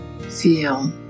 Feel